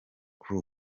crew